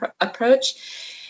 approach